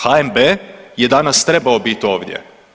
HNB je danas trebao biti ovdje.